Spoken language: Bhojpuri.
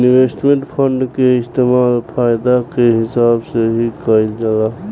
इन्वेस्टमेंट फंड के इस्तेमाल फायदा के हिसाब से ही कईल जाला